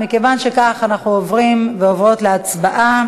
מכיוון שכך, שאנחנו עוברים ועוברות להצבעה